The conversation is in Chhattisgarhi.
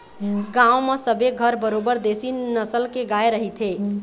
गांव म सबे घर बरोबर देशी नसल के गाय रहिथे